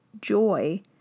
joy